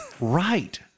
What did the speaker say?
right